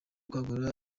kwagura